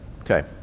Okay